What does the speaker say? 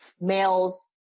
males